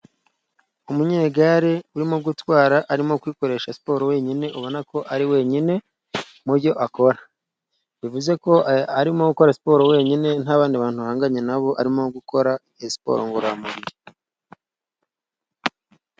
Umunyegare urimo gutwara arimo kwikoresha siporo wenyine, ubona ko ari wenyine mu byo akora. Bivuze ko arimo gukora siporo wenyine, nta bandi bantu ahanganye nabo arimo gukora siporo ngororamubiri.